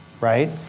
right